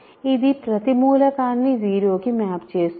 ఇది ప్రతి మూలకాన్ని 0 కి మ్యాప్ చేస్తుంది